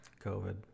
covid